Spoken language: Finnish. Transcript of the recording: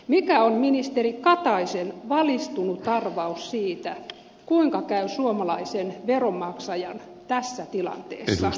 mikä on ministeri kataisen valistunut arvaus siitä kuinka käy suomalaisen veronmaksajan tässä tilanteessa